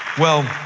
well,